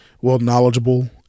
well-knowledgeable